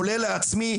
כולל לעצמי,